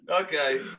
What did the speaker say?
Okay